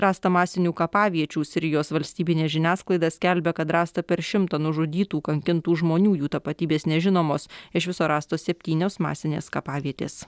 rasta masinių kapaviečių sirijos valstybinė žiniasklaida skelbia kad rasta per šimtą nužudytų kankintų žmonių jų tapatybės nežinomos iš viso rastos septynios masinės kapavietės